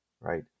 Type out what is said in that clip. right